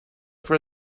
for